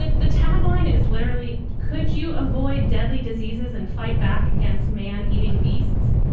ah the tagline is literally. could you avoid deadly diseases and fight back against man eating beasts?